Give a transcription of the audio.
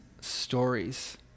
stories